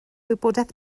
wybodaeth